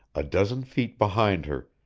a dozen feet behind her,